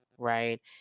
Right